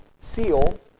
seal